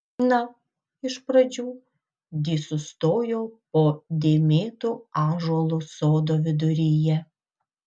na iš pradžių di sustojo po dėmėtu ąžuolu sodo viduryje